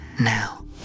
now